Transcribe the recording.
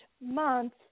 month